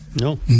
No